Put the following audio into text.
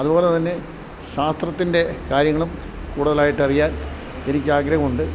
അതുപോലെത്തന്നെ ശാസ്ത്രത്തിൻ്റെ കാര്യങ്ങളും കൂടുതലായിട്ടറിയാൻ എനിക്കാഗ്രഹമുണ്ട്